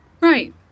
Right